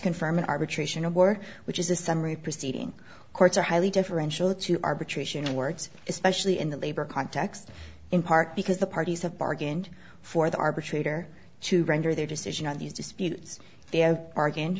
confirm an arbitration of war which is a summary proceeding courts are highly differential to arbitration words especially in the labor context in part because the parties have bargained for the arbitrator to render their decision on these disputes